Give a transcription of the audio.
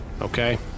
Okay